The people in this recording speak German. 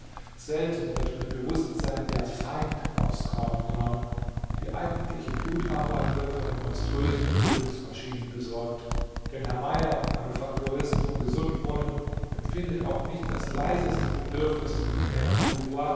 selten wird mit bewußtsein der feind aufs korn genommen die eigentliche blutarbeit wird von den monströsen tötungsmaschinen besorgt denn herr meyer manufakturist vom gesundbrunnen empfindet auch nicht das leiseste bedürfnis herrn dubois